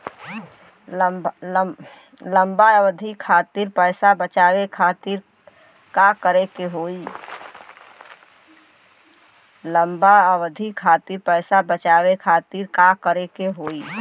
लंबा अवधि खातिर पैसा बचावे खातिर का करे के होयी?